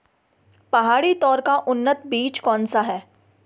पहाड़ी तोर का उन्नत बीज कौन सा है?